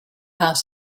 out